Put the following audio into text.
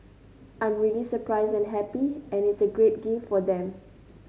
I'm really surprised and happy and it's a great gift for them